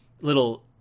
little